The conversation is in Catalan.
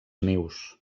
nius